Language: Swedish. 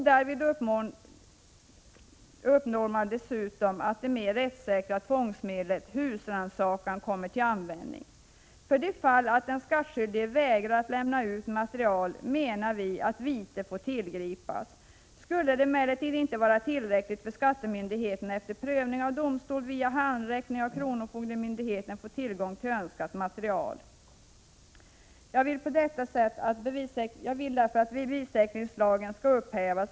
Därvid uppnås dessutom att det mer rättssäkra tvångsmedlet, husrannsakan, kommer till användning. För det fall att den skattskyldige vägrar att lämna ut material, menar vi att vite får tillgripas. Skulle detta emellertid inte vara tillräckligt, får skattemyndigheterna efter prövning av domstol via handräckning av kronofogdemyndighet tillgång till önskat material. Vi vill därför att bevissäkringslagen skall upphävas.